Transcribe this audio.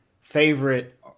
favorite